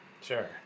Sure